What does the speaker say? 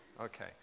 Okay